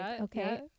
okay